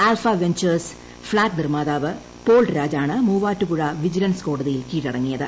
alpha ventures flat നിർമ്മാതാവ് പോൾരാജ് ആണ് Muvattupuzha vigilance കോടതിയിൽ കീഴടങ്ങിയത്